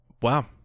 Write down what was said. Wow